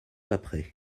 après